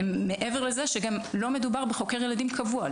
מעבר לזה, שגם לא מדובר בחוקר ילדים קבוע.